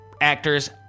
actors